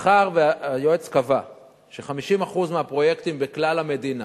מאחר שהיועץ קבע ש-50% מהפרויקטים בכלל המדינה,